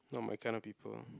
not my kind of people